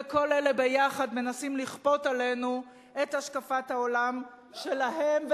וכל אלה ביחד מנסים לכפות עלינו את השקפת העולם שלהם.